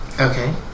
Okay